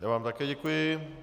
Já vám také děkuji.